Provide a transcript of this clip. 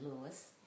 Lewis